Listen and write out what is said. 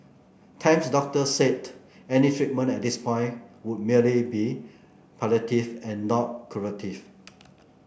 Tam's doctor said any treatment at this point would merely be palliative and not curative